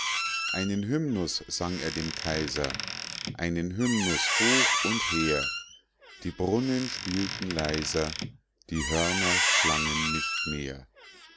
einen hymnus sang er dem kaiser einen hymnus hoch und hehr die brunnen spielten leiser die hörner klangen nicht mehr